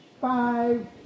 five